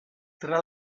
tra